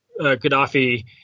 Gaddafi